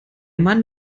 mann